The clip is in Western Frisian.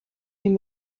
him